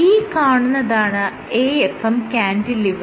ഈ കാണുന്നതാണ് AFM cantilever